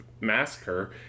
Massacre